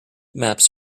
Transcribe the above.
maps